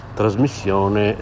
trasmissione